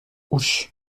auch